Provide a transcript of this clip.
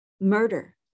Murder